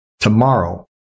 Tomorrow